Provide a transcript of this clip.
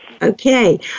Okay